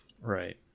Right